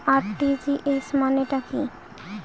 RTGS মানে টা কি?